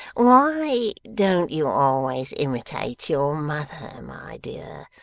why don't you always imitate your mother, my dear?